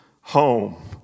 home